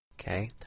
Okay